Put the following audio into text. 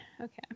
okay